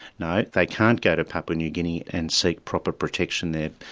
no, they can't go to papua new guinea and seek proper protection there.